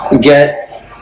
get